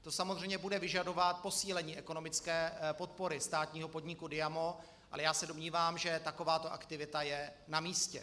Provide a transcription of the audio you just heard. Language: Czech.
To samozřejmě bude vyžadovat posílení ekonomické podpory státního podniku Diamo, ale já se domnívám, že takováto aktivita je na místě.